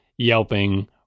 yelping